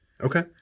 Okay